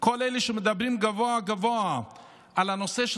כל אלה שמדברים גבוהה-גבוהה על הנושא של